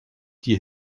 die